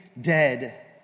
dead